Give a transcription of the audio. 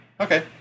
Okay